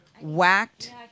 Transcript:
whacked